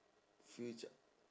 future